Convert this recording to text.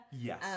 Yes